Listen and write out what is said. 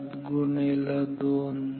72 जो 1